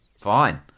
fine